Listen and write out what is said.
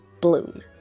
bloom